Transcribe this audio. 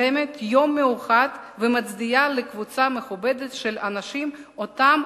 מקיימת יום מיוחד ומצדיעה לקבוצה מכובדת של אנשים שאותם